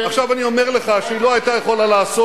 עכשיו אני אומר לך שהיא לא היתה יכולה לעשות